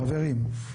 חברים.